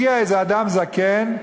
הגיע איזה אדם זקן,